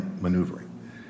maneuvering